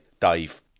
Dave